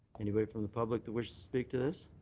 anybody from the public that wishes to speak to this?